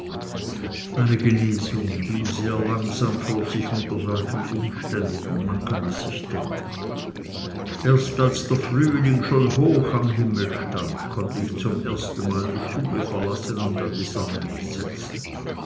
meine genesung ging sehr langsam vor sich unter solchen umständen man kann es sich denken erst als das frühjahr schon hoch am himmel stand konnte ich zum ersten mal die stube verlassen und an die sonne mich setzen